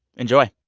enjoy